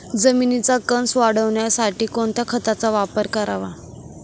जमिनीचा कसं वाढवण्यासाठी कोणत्या खताचा वापर करावा?